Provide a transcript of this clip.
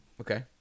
Okay